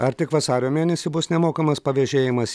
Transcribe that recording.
ar tik vasario mėnesį bus nemokamas pavėžėjimas